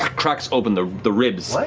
cracks open, the the ribs, like